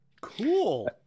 cool